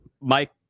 Mike